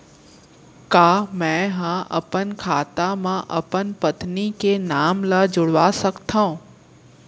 का मैं ह अपन खाता म अपन पत्नी के नाम ला जुड़वा सकथव?